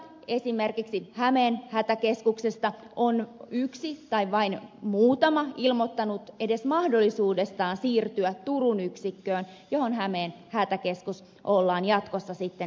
esimerkiksi hämeen hätäkeskuksesta on yksi tai vain muutama ilmoittanut edes mahdollisuudestaan siirtyä turun yksikköön johon hämeen hätäkeskus ollaan jatkossa sitten liittämässä